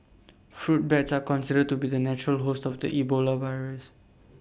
fruit bats are considered to be the natural host of the Ebola virus